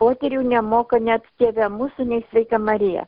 poterių nemoka net tėve mūsų nei sveika marija